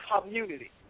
community